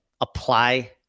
apply